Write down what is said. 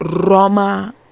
Roma